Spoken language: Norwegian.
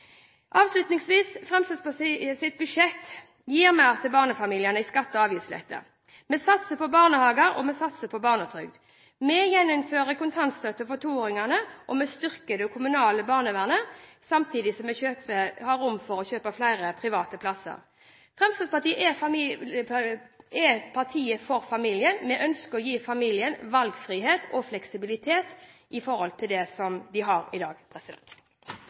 Avslutningsvis: Fremskrittspartiets budsjett innebærer mer til barnefamiliene i skatte- og avgiftslettelser. Vi satser på barnehager, og vi satser på barnetrygd. Vi gjeninnfører kontantstøtte for toåringene, og vi styrker det kommunale barnevernet, samtidig som vi gir rom for å kjøpe flere private plasser. Fremskrittspartiet er partiet for familien. Vi ønsker å gi familien større valgfrihet og fleksibilitet i forhold til det vi har i dag.